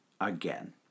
again